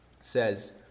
says